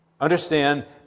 understand